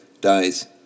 dies